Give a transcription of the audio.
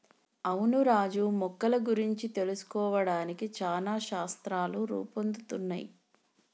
అవును రాజు మొక్కల గురించి తెలుసుకోవడానికి చానా శాస్త్రాలు రూపొందుతున్నయ్